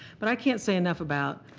but i can't say enough about